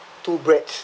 two breads